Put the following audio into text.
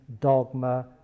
dogma